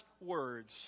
words